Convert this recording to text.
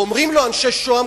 ואומרים לו אנשי שוהם,